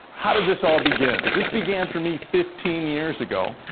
how did this all begin? this began, for me, fifteen years ago.